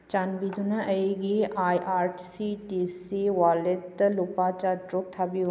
ꯆꯥꯟꯕꯤꯗꯨꯅ ꯑꯩꯒꯤ I R C T C ꯋꯥꯂꯦꯠꯇ ꯂꯨꯄꯥ ꯆꯥꯇꯔꯨꯛ ꯊꯥꯕꯤꯌꯨ